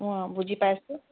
অ বুজি পাইছোঁ